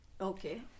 Okay